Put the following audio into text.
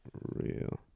real